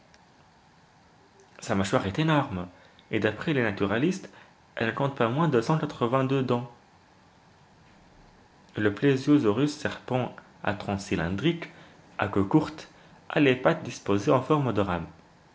sa mâchoire est énorme et d'après les naturalistes elle ne compte pas moins de cent quatre-vingt-deux dents le plesiosaurus serpent à tronc cylindrique à queue courte a les pattes disposées en forme de rame